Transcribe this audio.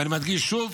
ואני מדגיש שוב,